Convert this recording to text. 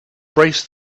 braced